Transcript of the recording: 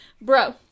bro